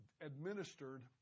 administered